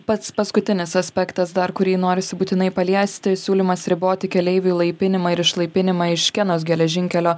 pats paskutinis aspektas dar kurį norisi būtinai paliesti siūlymas riboti keleivių įlaipinimą ir išlaipinimą iš kenos geležinkelio